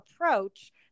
approach